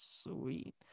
Sweet